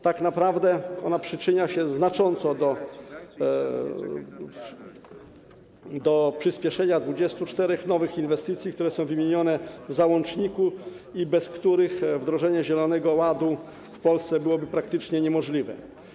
Tak naprawdę przyczynia się ona znacząco do przyspieszenia 24 nowych inwestycji, które są wymienione w załączniku i bez których wdrożenie zielonego ładu w Polsce byłoby praktycznie niemożliwe.